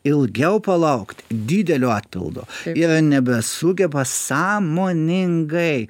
ilgiau palaukt didelio atpildo ir nebesugeba sąmoningai